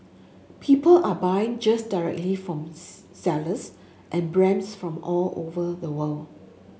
people are buying just directly from sellers and brands from all over the world